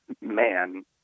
man